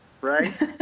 right